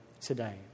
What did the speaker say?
today